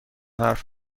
حرف